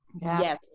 Yes